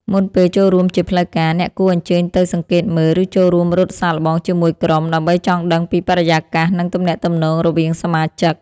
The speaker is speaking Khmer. មុនពេលចូលរួមជាផ្លូវការ អ្នកគួរអញ្ជើញទៅសង្កេតមើល ឬចូលរួមរត់សាកល្បងជាមួយក្រុម ដើម្បីចង់ដឹងពីបរិយាកាស និងទំនាក់ទំនងរវាងសមាជិក។